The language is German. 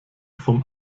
vom